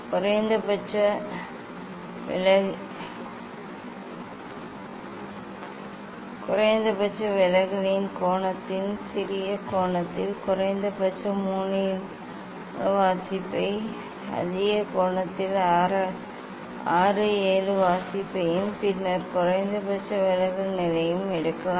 குறைந்தபட்ச விலகலில் கோணத்தின் சிறிய கோணத்தில் குறைந்தபட்சம் 3 4 வாசிப்பையும் அதிக கோணத்தில் 6 7 வாசிப்பையும் பின்னர் குறைந்தபட்ச விலகல் நிலையையும் எடுக்கலாம்